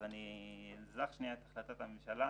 אז אני אזנח לשנייה את החלטת הממשלה.